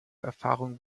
erfahrung